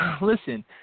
listen